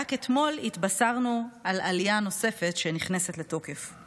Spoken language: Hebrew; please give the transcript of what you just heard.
ורק אתמול התבשרנו על עלייה נוספת שנכנסת לתוקף.